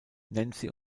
nancy